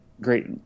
great